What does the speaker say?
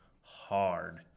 hard